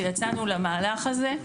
ויצאנו למהלך הזה.